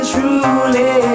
Truly